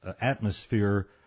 atmosphere